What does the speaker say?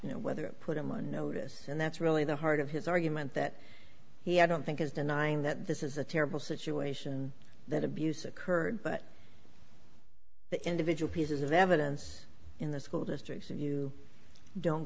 you know whether it put him on notice and that's really the heart of his argument that he had don't think is denying that this is a terrible situation that abuse occurred but the individual pieces of evidence in the school district of you don't